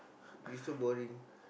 is so boring